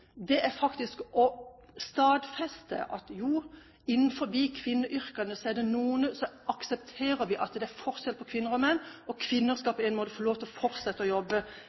det for frivillig deltid, faktisk er å stadfeste at jo, innenfor kvinneyrkene aksepterer vi at det er forskjell på kvinner og menn. Kvinner skal på en måte få fortsette å jobbe